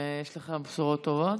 ויש לך בשורות טובות?